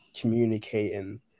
communicating